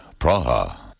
Praha